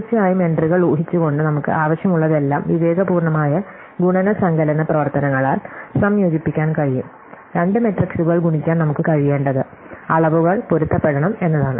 തീർച്ചയായും എൻട്രികൾ ഊഹിച്ചുകൊണ്ട് നമുക്ക് ആവശ്യമുള്ളതെല്ലാം വിവേകപൂർണ്ണമായ ഗുണന സങ്കലന പ്രവർത്തനങ്ങളാൽ സംയോജിപ്പിക്കാൻ കഴിയും രണ്ട് മെട്രിക്സുകൾ ഗുണിക്കാൻ നമുക്ക് കഴിയേണ്ടത് അളവുകൾ പൊരുത്തപ്പെടണം എന്നതാണ്